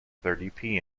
thirty